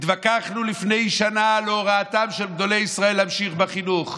התווכחנו לפני שנה על הוראתם של גדולי ישראל להמשיך בחינוך,